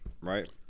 Right